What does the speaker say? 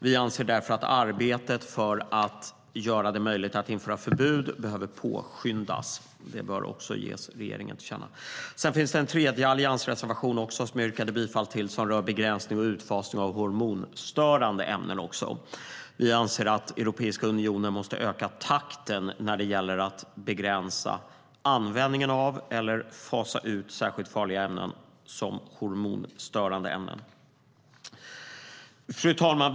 Vi anser därför att arbetet för att göra det möjligt att införa förbud behöver påskyndas. Detta bör ges regeringen till känna. Sedan finns det en tredje alliansreservation som jag yrkade bifall till som rör begränsning och utfasning av hormonstörande ämnen. Vi anser att EU måste öka takten när det gäller att begränsa användningen av eller fasa ut särskilt farliga ämnen, som hormonstörande ämnen. Fru talman!